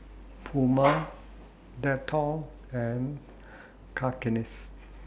Puma Dettol and Cakenis